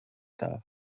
darf